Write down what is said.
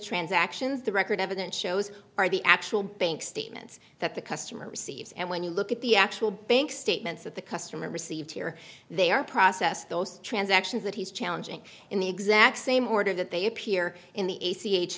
transactions the record evidence shows are the actual bank statements that the customer receives and when you look at the actual bank statements that the customer received here they are processed those transactions that he's challenging in the exact same order that they appear in the a